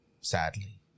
sadly